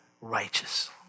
righteous